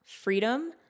freedom